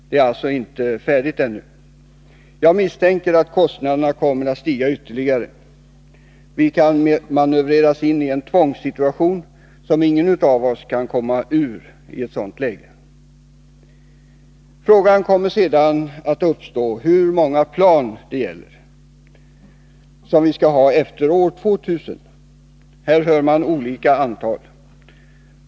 Det är alltså inte färdigt ännu, och jag misstänker att kostnaderna kommer att stiga - ytterligare. Vi kan manövreras in i en tvångssituation som ingen av oss i ett ” sådant läge kan komma ur. Sedan kommer frågan att uppstå om hur många plan vi skall ha efter år 2000. Här hör man olika siffror.